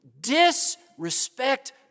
disrespect